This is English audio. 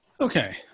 Okay